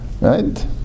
Right